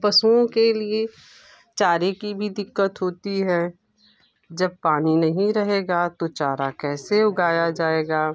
पशुओं के लिए चारे की भी दिक्कत होती है जब पानी नहीं रहेगा तो चारा कैसे उगाया जाएगा